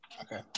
Okay